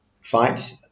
fight